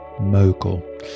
mogul